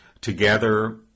Together